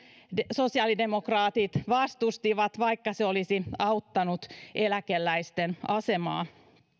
sosiaalidemokraatit vastustivat vaikka se olisi auttanut eläkeläisten asemaa